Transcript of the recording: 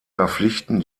verpflichten